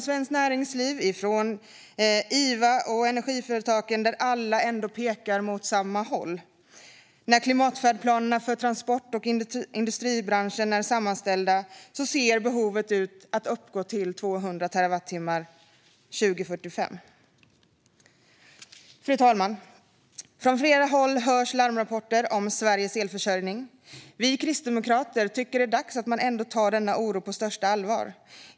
Svenskt Näringsliv, IVA och energiföretagen pekar alla åt samma håll: När klimatfärdplanerna för transport och industribranschen är sammanställda ser behovet ut att uppgå till minst 200 terawattimmar 2045. Fru talman! Från flera håll hörs larmrapporter om Sveriges elförsörjning. Vi kristdemokrater tycker att det är dags att ta denna oro på största allvar.